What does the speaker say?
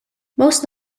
most